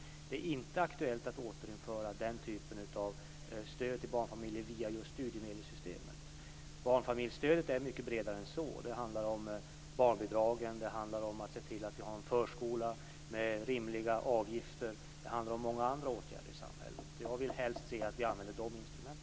Det är inte aktuellt att återinföra den typen av stöd till barnfamiljer via just studiemedelssystemet. Barnfamiljsstödet är mycket bredare än så. Det handlar om barnbidragen, det handlar om att se till att vi har en förskola med rimliga avgifter, och det handlar om många andra åtgärder i samhället. Jag vill helst se att vi använder dessa instrument.